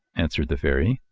answered the fairy.